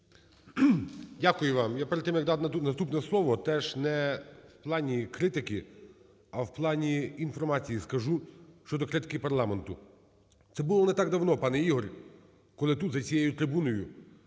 Дякую вам. Я перед тим, як надати наступне слово, теж не в плані критики, а в плані інформації скажу щодо критики парламенту. Це було не так давно, пане Ігор, коли тут, за цією трибуною,